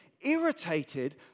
irritated